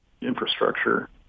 infrastructure